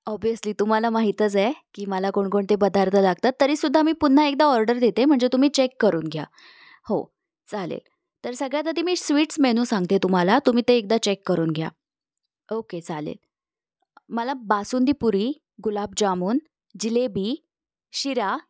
obviously तुम्हाला माहीतच आहे की मला कोणकोणते पदार्थ लागतात तरीसुद्धा मी पुन्हा एकदा ऑर्डर देते म्हणजे तुम्ही चेक करून घ्या हो चालेल तर सगळ्यात आधी मी स्वीट्स मेनू सांगते तुम्हाला तुम्ही ते एकदा चेक करून घ्या ओके चालेल मला बासुंदी पुरी गुलाबजामून जिलेबी शिरा